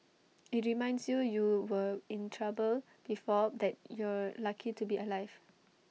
IT reminds you you were in trouble before that you're lucky to be alive